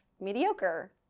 mediocre